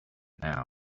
now